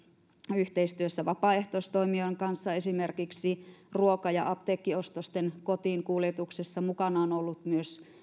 yhteistyössä vapaaehtoistoimijoiden kanssa esimerkiksi ruoka ja apteekkiostosten kotiinkuljetuksessa mukana on ollut myös